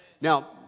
now